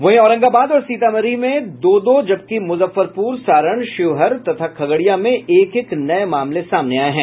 वहीं औरंगाबाद और सीतामढ़ी में दो दो जबकि मुजफ्फरपुर सारण शिवहर तथा खगड़िया में एक एक नये मामले सामने आये हैं